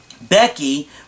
Becky